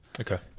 Okay